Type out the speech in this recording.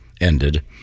ended